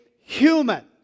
human